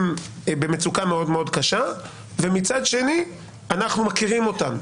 הם במצוקה קשה מאוד, ומצד שני, אנחנו מכירים אותם.